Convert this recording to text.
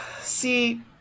See